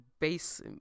base